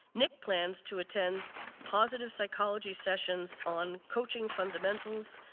nic plans to attend positive psychology sessions on coaching fundamentals,